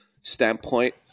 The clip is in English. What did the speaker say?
standpoint